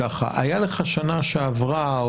בשנה שעברה,